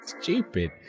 Stupid